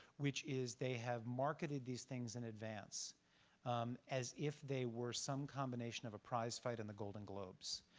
which is they have marketed these things in advance as if they were some combination of a prizefight in the golden globes.